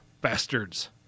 bastards